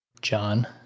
John